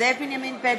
זאב בנימין בגין,